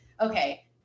okay